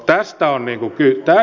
tästä on kysymys